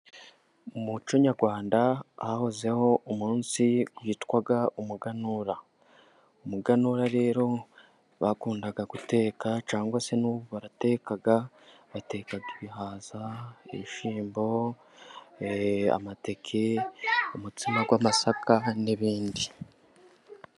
Mu muco nyarwanda hahozeho umunsi witwa umuganura; umuganura rero bakunda guteka cyangwa se n' ubu barateka, bateka ibihaza, ibishyimbo, amateke, umutsima w' amasaka n' ibindi.